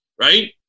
right